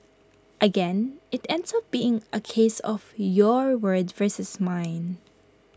again IT ends up being A case of your word versus mine